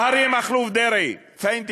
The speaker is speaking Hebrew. אריה מכלוף דרעי, "פֵין תינה"?